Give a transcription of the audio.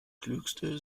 klügste